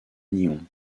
nihon